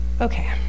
Okay